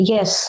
Yes